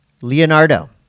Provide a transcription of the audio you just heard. Leonardo